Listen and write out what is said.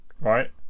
Right